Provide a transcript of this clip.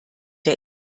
der